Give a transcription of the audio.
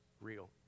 real